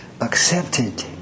accepted